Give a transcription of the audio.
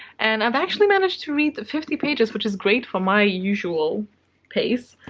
and i've actually managed to read fifty pages, which is great for my usual pace.